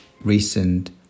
recent